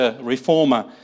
reformer